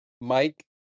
Mike